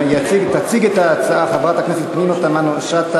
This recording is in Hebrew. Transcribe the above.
תציג את ההצעה חברת הכנסת פנינה תמנו-שטה.